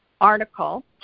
article